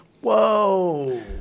Whoa